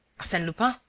arsene lupin?